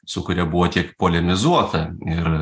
su kuria buvo tiek polemizuota ir